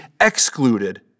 excluded